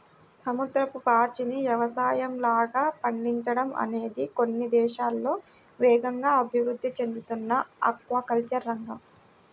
సముద్రపు పాచిని యవసాయంలాగా పండించడం అనేది కొన్ని దేశాల్లో వేగంగా అభివృద్ధి చెందుతున్న ఆక్వాకల్చర్ రంగం